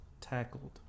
tackled